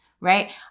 Right